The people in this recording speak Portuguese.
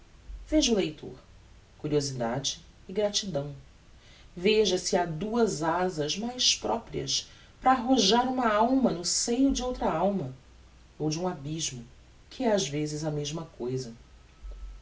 veja o leitor curiosidade e gratidão veja se ha duas azas mais proprias para arrojar uma alma no seio de outra alma ou de um abysmo que é ás vezes a mesma cousa